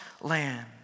land